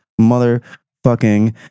motherfucking